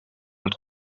els